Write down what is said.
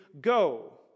go